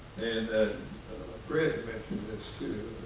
and ah fred mentioned this, too,